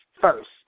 first